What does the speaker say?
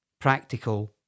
practical